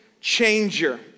changer